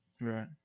Right